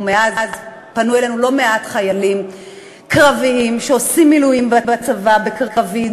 ומאז פנו אלינו לא מעט חיילים קרביים שעושים מילואים בצבא בקרבי,